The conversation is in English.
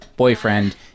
boyfriend